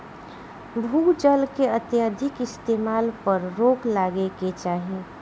भू जल के अत्यधिक इस्तेमाल पर रोक लागे के चाही